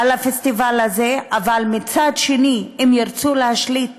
על הפסטיבל הזה, אבל מצד שני, אם ירצו להשליט